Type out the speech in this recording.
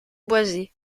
boisées